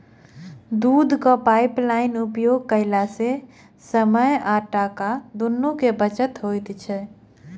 दूधक पाइपलाइनक उपयोग कयला सॅ समय आ टाका दुनूक बचत होइत छै